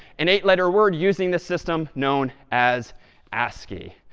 an eight-letter word using the system known as ascii.